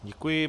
Děkuji.